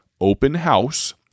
openhouse